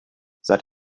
that